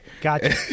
Gotcha